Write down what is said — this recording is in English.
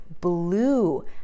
blue